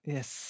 Yes